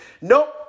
Nope